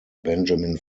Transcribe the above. benjamin